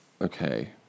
Okay